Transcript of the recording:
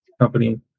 company